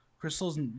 Crystal's